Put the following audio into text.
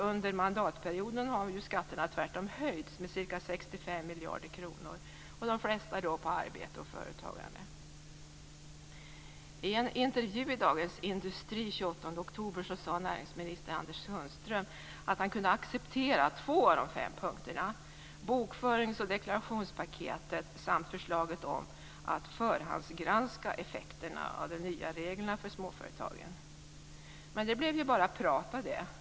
Under mandatperioden har ju skatterna tvärtom höjts med ca I en intervju i Dagens Industri den 28 oktober sade näringsminister Anders Sundström att han kunde acceptera två av de fem punkterna: bokförings och deklarationspaketet samt förslaget om att förhandsgranska effekterna av de nya reglerna för småföretagen. Men det blev ju bara prat av det.